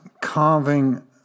carving